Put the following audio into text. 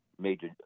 Major